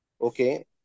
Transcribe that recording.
okay